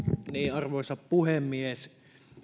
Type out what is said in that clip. arvoisa puhemies